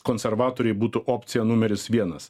konservatoriai būtų opcija numeris vienas